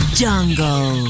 jungle